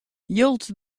jild